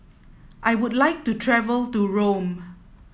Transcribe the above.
I would like to travel to Rome